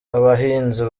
abahinzi